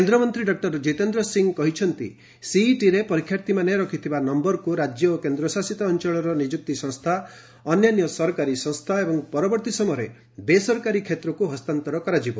କେନ୍ଦ୍ରମନ୍ତ୍ରୀ ଡକ୍କର ଜିତେନ୍ଦ୍ର ସିଂହ କହିଛନ୍ତି ସିଇଟିରେ ପରୀକ୍ଷାର୍ଥୀମାନେ ରଖିଥିବା ନମ୍ଘରକୁ ରାଜ୍ୟ ଓ କେନ୍ଦ୍ରଶାସିତ ଅଞ୍ଚଳର ନିଯୁକ୍ତି ସଂସ୍ଥା ଅନ୍ୟାନ୍ୟ ସରକାରୀ ସଂସ୍ଥା ଏବଂ ପରବର୍ତ୍ତୀ ସମୟରେ ବେସରକାରୀ କ୍ଷେତ୍ରକୁ ହସ୍ତାନ୍ତର କରାଯିବ